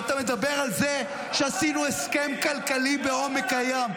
ואתה מדבר על זה שעשינו הסכם כלכלי בעומק הים.